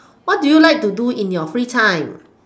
what do you like to in your free time